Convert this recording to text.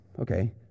okay